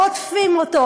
ורודפים אותו,